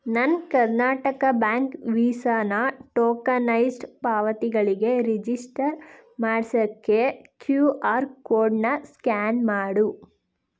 ನನ್ನ ಕರ್ನಾಟಕ ಬ್ಯಾಂಕ್ ವೀಸಾನ ಟೋಕನೈಸ್ಡ್ ಪಾವತಿಗಳಿಗೆ ರಿಜಿಸ್ಟರ್ ಮಾಡ್ಸೋಕ್ಕೆ ಕ್ಯೂ ಆರ್ ಕೋಡನ್ನ ಸ್ಕ್ಯಾನ್ ಮಾಡು